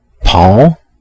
Paul